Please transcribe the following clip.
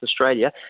Australia